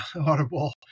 Audible